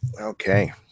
Okay